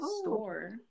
store